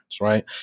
right